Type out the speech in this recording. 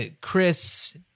Chris